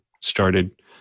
started